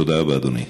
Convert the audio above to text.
תודה רבה, אדוני.